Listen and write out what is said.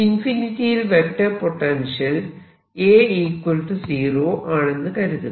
ഇൻഫിനിറ്റിയിൽ vector potential A 0 ആണെന്ന് കരുതുക